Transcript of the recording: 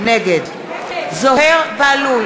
נגד זוהיר בהלול,